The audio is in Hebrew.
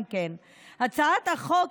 הצעת החוק,